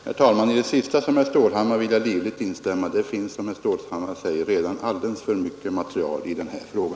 Herr talman! I det sista som herr Stålhammar sade vill jag livligt instämma — det finns, som herr Stålhammar framhåller, redan alldeles för mycket material i denna fråga.